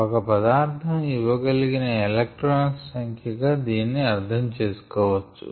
ఒక పదార్ధం ఇవ్వగలిగిన ఎలక్ట్రాన్స్ సంఖ్య గా దీని అర్ధం చేసుకోవచ్చు